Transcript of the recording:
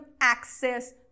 access